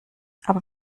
aber